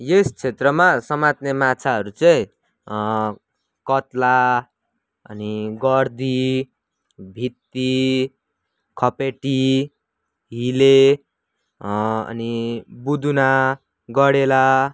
yes क्षेत्रमा समात्ने माछाहरू चाहिँ कत्ले अनि गर्दी भित्ती खपेटी हिले अनि बुदुना गडेला